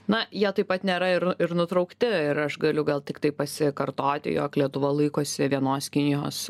na jie taip pat nėra ir ir nutraukti ir aš galiu gal tiktai pasikartoti jog lietuva laikosi vienos kinijos